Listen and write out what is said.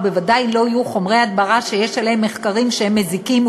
ובוודאי לא יהיו חומרי הדברה שיש לגביהם מחקרים שהם מזיקים,